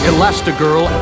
Elastigirl